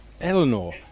Eleanor